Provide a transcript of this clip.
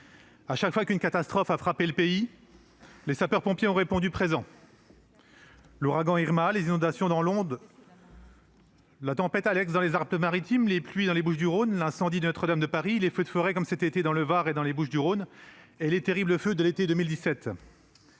chaque fois qu'une catastrophe a frappé le pays les sapeurs-pompiers ont répondu présent : l'ouragan Irma, les inondations dans l'Aude, la tempête Alex dans les Alpes-Maritimes, les pluies dans les Bouches-du-Rhône, l'incendie de Notre-Dame de Paris, les feux de forêt comme cet été dans le Var et dans les Bouches-du-Rhône et les terribles feux de l'été 2017.